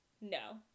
no